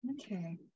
Okay